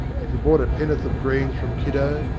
if you bought a penn'orth of greens from kiddo,